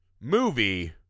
movie